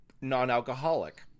Non-alcoholic